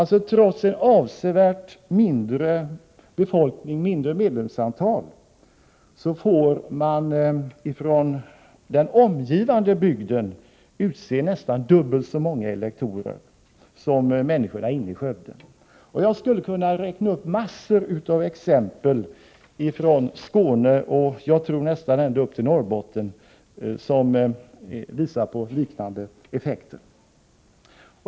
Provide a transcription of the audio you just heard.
Trots en avsevärt mindre befolkning och därmed ett mindre medlemsantal får alltså människorna från den omgivande bygden utse nästan dubbelt så många elektorer som människorna inne i Skövde får utse. Jag skulle kunna ge en mängd exempel — hämtade alltifrån Skåne och, tror jag, nästan upp till Norrbotten — som visar på liknande effekter.